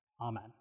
amen